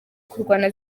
kurwana